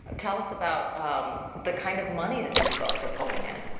tell us about the kind of money that these folks are pulling in.